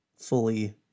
fully